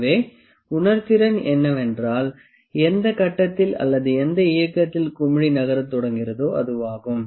எனவே உணர்திறன் என்னவென்றால் எந்த கட்டத்தில் அல்லது எந்த இயக்கத்தில் குமிழி நகரத் தொடங்குகிறதோ அதுவாகும்